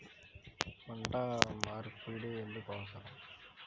పంట మార్పిడి ఎందుకు అవసరం?